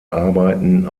arbeiten